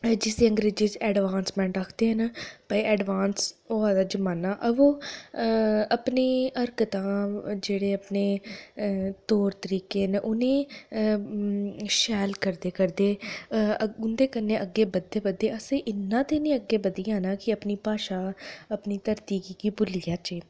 जिसी अंगरेजी च एडवांसमेंट आखदे न ते एडवांस होआ दा जमाना अवै अपने हरकतां जेह्ड़े अपने तौर तरीके न उनेंगी शैल करदे करदे उनदे कन्नै अग्गें बधदे बधदे इन्ना गे असें अग्गें बधी आना कि अपनी भाशा अपनी धरती गी गै भुल्ली जाह्चै